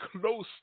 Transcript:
close